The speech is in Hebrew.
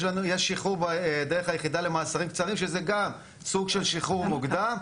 יש שחרור דרך היחידה למאסרים קצרים שזה גם סוג של שחרור מוקדם,